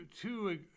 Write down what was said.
two